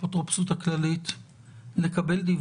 האפוטרופוס הכללי שכרגע